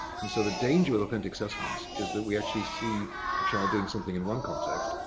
and so, the danger of authentic assessments is that we actually see a child doing something in one context,